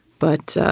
but